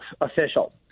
official